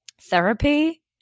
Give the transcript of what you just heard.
therapy